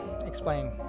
Explain